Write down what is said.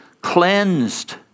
cleansed